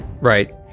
right